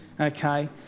okay